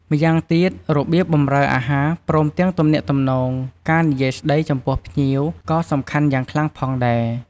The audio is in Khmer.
ម្យ៉ាងទៀត របៀបបម្រើអាហារ ព្រមទាំងទំនាក់ទំនង ការនិយាយស្ដីចំពោះភ្ញៀវ ក៏សំខាន់យ៉ាងខ្លាំងផងដែរ